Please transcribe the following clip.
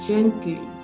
gently